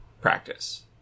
practice